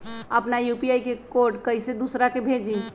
अपना यू.पी.आई के कोड कईसे दूसरा के भेजी?